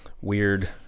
weird